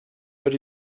but